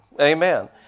Amen